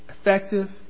effective